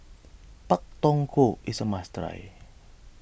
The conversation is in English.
Pak Thong Ko is a must try